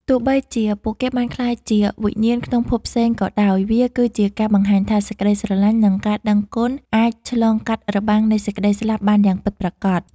ទោះបីជាពួកគេបានក្លាយជាវិញ្ញាណក្នុងភពផ្សេងក៏ដោយ វាគឺជាការបង្ហាញថា សេចក្ដីស្រឡាញ់ និងការដឹងគុណអាចឆ្លងកាត់របាំងនៃសេចក្ដីស្លាប់បានយ៉ាងពិតប្រាកដ។